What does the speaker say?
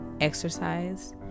exercise